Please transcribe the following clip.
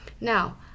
Now